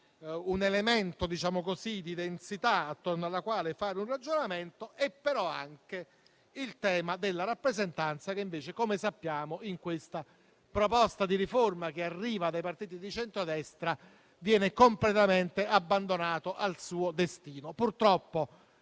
un elemento di densità attorno alla quale fare un ragionamento, e il tema della rappresentanza, che invece - come sappiamo - in questa proposta di riforma che arriva dai partiti di centrodestra viene completamente abbandonato al suo destino.